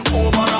over